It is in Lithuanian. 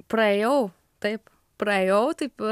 praėjau taip praėjau taip